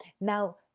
now